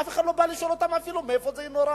ואף אחד לא בא לשאול אותם מאיפה זה נורה.